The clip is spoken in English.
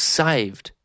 saved